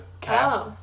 cap